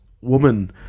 woman